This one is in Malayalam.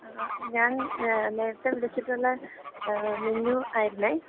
ആഹ് ആ ഞാന് നേരത്തെ വിളിച്ചിട്ടുള്ള മിന്നു ആയിരുന്നേ